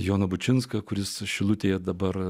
joną bučinską kuris šilutėje dabar